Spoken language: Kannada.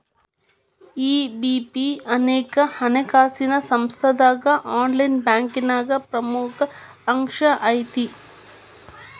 ಇ.ಬಿ.ಪಿ ಅನೇಕ ಹಣಕಾಸಿನ್ ಸಂಸ್ಥಾದಾಗ ಆನ್ಲೈನ್ ಬ್ಯಾಂಕಿಂಗ್ನ ಪ್ರಮುಖ ಅಂಶಾಐತಿ